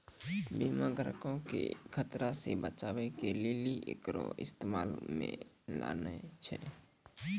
बीमा ग्राहको के खतरा से बचाबै के लेली एकरो इस्तेमाल मे लानै छै